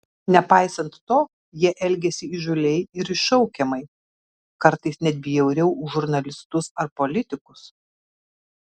nepaisant to jie elgėsi įžūliai ir iššaukiamai kartais net bjauriau už žurnalistus ar politikus